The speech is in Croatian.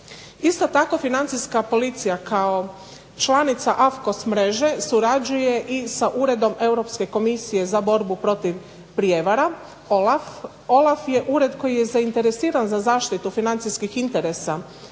Isto tako, Financijska policija kao članica AFKOS mreže surađuje i sa Uredom Europske komisije za borbu protiv prijevara OLAF. OLAF je ured koji je zainteresiran za zaštitu financijskih interesa